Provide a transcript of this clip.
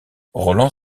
roland